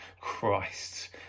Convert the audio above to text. Christ